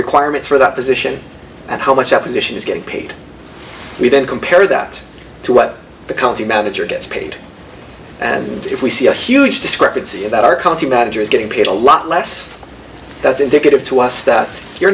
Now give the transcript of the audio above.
requirements for that position and how much opposition is getting paid we don't compare that to what the county manager gets paid and if we see a huge discrepancy about our county managers getting paid a lot less that's indicative to us that you're